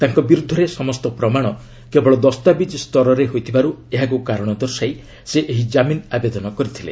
ତାଙ୍କ ବିରୁଦ୍ଧରେ ସମସ୍ତ ପ୍ରମାଣ କେବଳ ଦସ୍ତାବିଜ୍ ସ୍ତରରେ ହୋଇଥିବାରୁ ଏହାକୁ କାରଣ ଦର୍ଶାଇ ସେ ଏହି ଜାମିନ୍ ଆବେଦନ କରିଥିଲେ